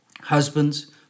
Husbands